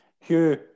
Hugh